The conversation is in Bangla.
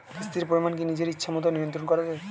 কিস্তির পরিমাণ কি নিজের ইচ্ছামত নিয়ন্ত্রণ করা যায়?